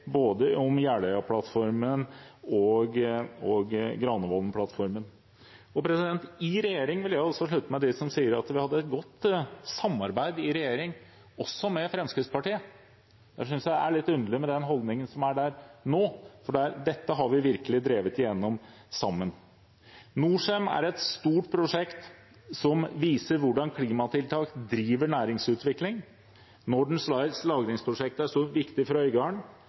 om både Jeløya-plattformen og Granavolden-plattformen. Jeg vil også slutte meg til dem som sier at vi hadde et godt samarbeid i regjering, også med Fremskrittspartiet. Derfor synes jeg det er litt underlig med den holdningen som er der nå, for dette har vi virkelig drevet igjennom sammen. Norcem er et stort prosjekt som viser hvordan klimatiltak driver næringsutvikling. Northern Lights lagringsprosjekt er viktig for